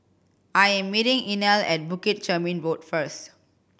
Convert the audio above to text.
I am meeting Inell at Bukit Chermin Road first